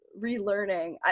relearning